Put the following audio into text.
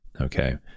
Okay